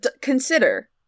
Consider